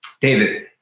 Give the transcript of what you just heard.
David